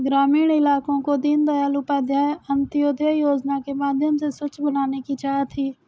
ग्रामीण इलाकों को दीनदयाल उपाध्याय अंत्योदय योजना के माध्यम से स्वच्छ बनाने की चाह थी